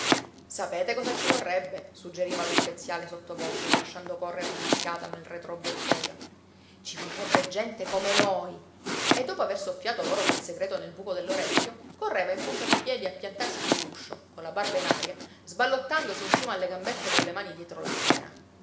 sapete cosa ci vorrebbe suggeriva lo speziale sotto voce e lasciando correre un'occhiata nella retrobottega ci vorrebbe gente come noi e dopo aver soffiato loro quel segreto nel buco dell'orecchio correva in punta di piedi a piantarsi sull'uscio colla barba in aria sballottandosi in cima alle gambette colle mani dietro la schiena